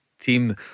team